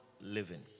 living